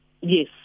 Yes